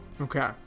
Okay